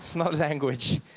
not a language